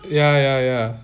ya ya ya